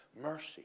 Mercy